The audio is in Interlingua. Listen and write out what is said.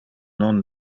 non